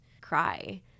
cry